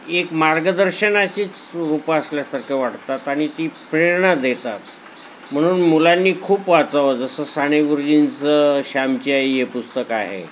एक मार्गदर्शनाचीच रूप असल्यासारखं वाटतात आणि ती प्रेरणा देतात म्हणून मुलांनी खूप वाचावं जसं साने गुरूजींचं श्यामची आई हे पुस्तक आहे